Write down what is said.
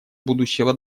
будущего